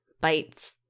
bites